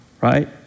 right